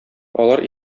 алар